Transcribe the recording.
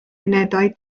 unedau